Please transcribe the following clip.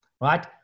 right